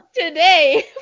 today